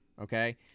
Okay